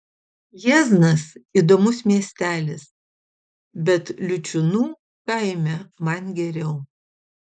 jieznas įdomus miestelis bet liučiūnų kaime man geriau